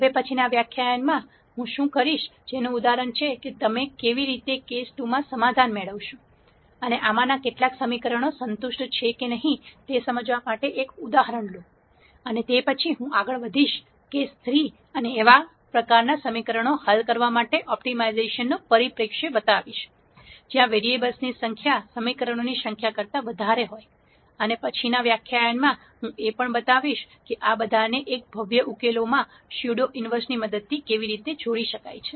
હવે પછીનાં વ્યાખ્યાનમાં હું શું કરીશ જેનું ઉદાહરણ છે કે તમે કેવી રીતે કેસ 2 માં સમાધાન મેળવશો અને આમાંના કેટલાક સમીકરણો સંતુષ્ટ છે કે નહીં તે સમજાવવા માટે એક ઉદાહરણ લો અને તે પછી હું આગળ વધીશ કેસ 3 અને એવા પ્રકારનાં સમીકરણો હલ કરવા માટે ઓપ્ટિમાઇઝેશન પરિપ્રેક્ષ્ય બતાવશો જ્યાં વેરીએબલ્સની સંખ્યા સમીકરણોની સંખ્યા કરતા વધારે થાય છે અને પછીના વ્યાખ્યાનમાં હું એ પણ બતાવીશ કે આ બધાને એક ભવ્ય ઉકેલમાં સ્યુડો ઇન્વર્ષ ની મદદથી કેવી રીતે જોડી શકાય છે